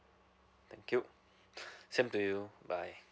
thank you same to you bye